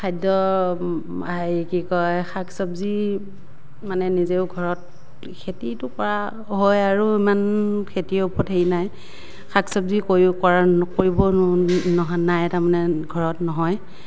খাদ্য হেৰি কি কয় শাক চবজি মানে নিজেও ঘৰত খেতিটো কৰা হয় আৰু ইমান খেতিৰ ওপৰত হেৰি নাই শাক চবজি কৰিও কৰা ন কৰিব নহ নাই তাৰমানে ঘৰত নহয়